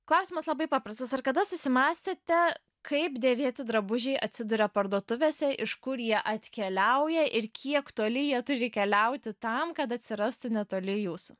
klausimas labai paprastas ar kada susimąstėte kaip dėvėti drabužiai atsiduria parduotuvėse iš kur jie atkeliauja ir kiek toli jie turi keliauti tam kad atsirastų netoli jūsų